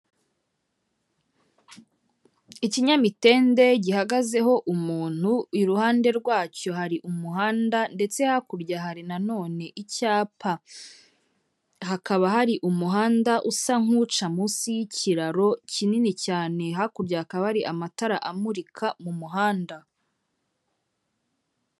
Ikinyamitende gihagazeho umuntu, iruhande rwacyo hari umuhanda ndetse hakurya hari na none icyapa, hakaba hari umuhanda usa nk'uca munsi y'ikiraro kinini cyane, hakurya hakaba hari amatara amurika mu muhanda.